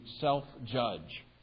self-judge